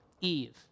Eve